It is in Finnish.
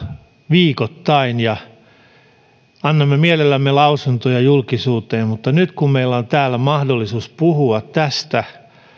viikoittain ja annamme mielellämme lausuntoja julkisuuteen mutta nyt kun meillä on täällä mahdollisuus puhua tästä